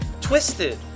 twisted